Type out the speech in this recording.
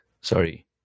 Sorry